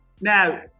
Now